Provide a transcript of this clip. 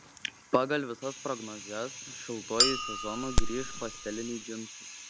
pagal visas prognozes šiltuoju sezonu grįš pasteliniai džinsai